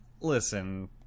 listen